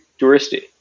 touristy